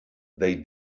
they